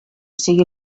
sigui